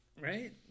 right